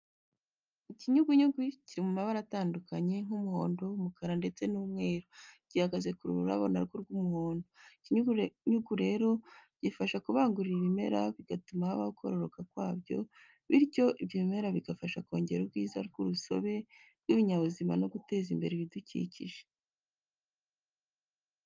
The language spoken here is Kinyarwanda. Ikinyugunyugu kiri mu mabara atandukanye nk'umuhondo, umukara ndetse n'umweru gihagaze ku rurabo na rwo rw'umuhondo. Ikinyugunyugu rero gifasha mu kubangurira ibimera bigatuma habaho kororoka kwabyo, bityo ibyo bimera bigafasha kongera ubwiza bw'urusobe rw'ibinyabuzima no guteza imbere ibidukikije.